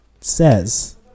says